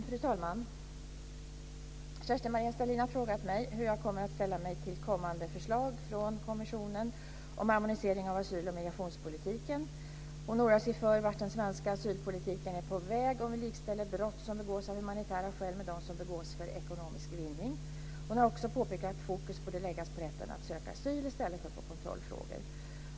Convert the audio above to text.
Fru talman! Kerstin-Maria Stalin har frågat mig hur jag kommer att ställa mig till kommande förslag från kommissionen om harmonisering av asyl och migrationspolitiken. Hon oroar sig för vart den svenska asylpolitiken är på väg om vi likställer brott som begås av humanitära skäl med de som begås för ekonomisk vinning. Hon har också påpekat att fokus borde läggas på rätten att söka asyl i stället för på kontrollfrågor.